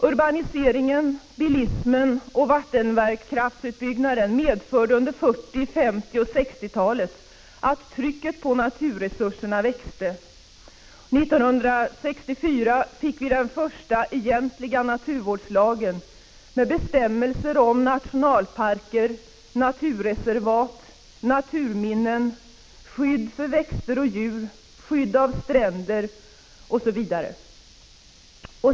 Urbaniseringen, bilismen och vattenkraftsutbyggnaden medförde under 1940-, 1950 och 1960-talen att trycket på naturresurserna växte. 1964 fick vi den första egentliga naturvårdslagen med bestämmelser om nationalparker, naturreservat, naturminnen, skydd för växter och djur, skydd av stränder, osv.